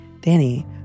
Danny